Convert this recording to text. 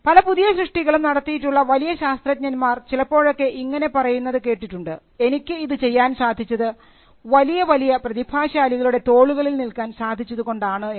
പല പുതിയ സൃഷ്ടികളും നടത്തിയിട്ടുള്ള വലിയ ശാസ്ത്രജ്ഞന്മാർ ചിലപ്പോഴൊക്കെ ഇങ്ങനെ പറയുന്നത് കേട്ടിട്ടുണ്ട് എനിക്ക് ഇത് ചെയ്യാൻ സാധിച്ചത് വലിയ വലിയ പ്രതിഭാശാലികളുടെ തോളുകളിൽ നിൽക്കാൻ സാധിച്ചുതുകൊണ്ടാണെന്ന്